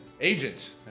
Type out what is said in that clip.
Agent